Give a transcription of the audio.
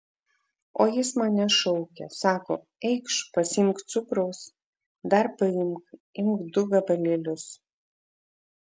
o jis mane šaukė sako eikš pasiimk cukraus dar paimk imk du gabalėlius